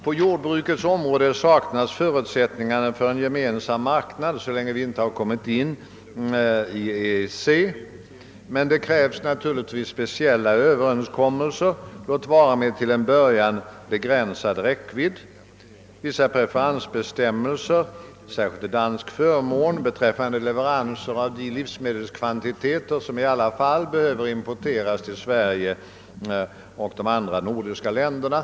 På jordbrukets område saknas förutsättningarna för en gemensam marknad, så länge vi inte kommit in i EEC med dess omfattande reglering. Men det krävs naturligtvis speciella överenskommelser — låt vara med till en början begränsad räckvidd — beträffande vissa preferensbestämmelser, särskilt till Danmarks förmån, när det gäller leveranser av de livsmedelskvantiteter som behöver importeras till Sverige och de andra nordiska länderna.